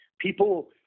people